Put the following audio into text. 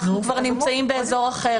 אנחנו כבר נמצאים באזור אחר.